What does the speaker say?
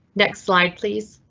next slide, please.